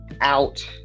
out